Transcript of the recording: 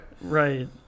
Right